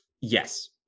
Yes